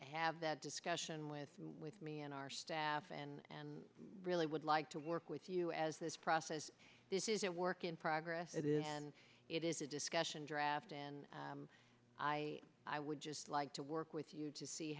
have that discussion with with me and our staff and i really would like to work with you as this process this is a work in progress and it is a discussion draft and i i would just like to work with you to see